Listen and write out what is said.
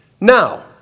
Now